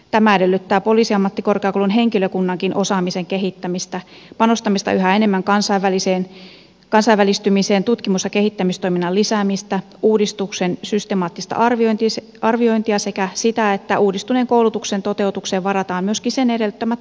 tämä edellyttää poliisiammattikorkeakoulun henkilökunnankin osaamisen kehittämistä panostamista yhä enemmän kansainvälistymiseen tutkimus ja kehittämistoiminnan lisäämistä uudistuksen systemaattista arviointia sekä sitä että uudistuneen koulutuksen toteutukseen varataan myöskin sen edellyttämät voimavarat